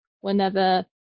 whenever